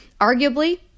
arguably